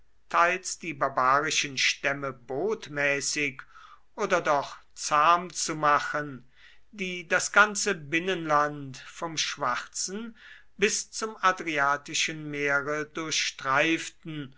teils die barbarischen stämme botmäßig oder doch zahm zu machen die das ganze binnenland vom schwarzen bis zum adriatischen meere durchstreiften